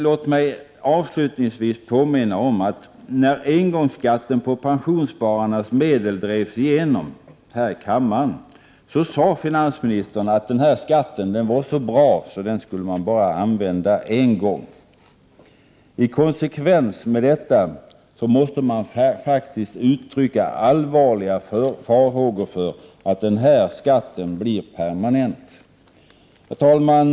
Låt mig avslutningsvis påminna om att när engångsskatten på pensionsspararnas medel drevs igenom här i kammaren, sade finansministern att den skatten var så bra att den skulle man bara använda en gång. I konsekvens med detta måste jag uttrycka allvarliga farhågor för att den här skatten blir permanent. Herr talman!